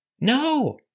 No